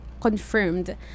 confirmed